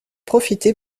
profité